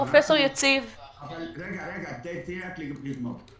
פרופ' יציב --- רגע, רגע, תני לי רק לגמור.